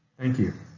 thank you.